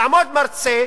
יעמוד מרצה,